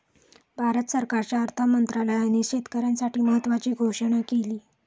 भारत सरकारच्या अर्थ मंत्रालयाने शेतकऱ्यांसाठी महत्त्वाची घोषणा केली